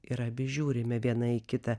ir abi žiūrime viena į kitą